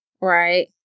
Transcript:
Right